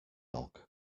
dog